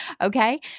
Okay